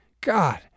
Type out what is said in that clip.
God